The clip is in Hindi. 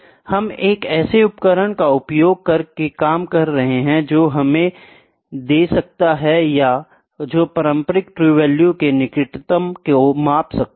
हम एक ऐसे उपकरण का उपयोग करके काम कर रहे हैं जो हमें दे सकता है या जो पारंपरिक ट्रू वैल्यू के निकटतम को माप सकता है